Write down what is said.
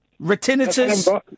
Retinitis